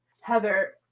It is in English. Heather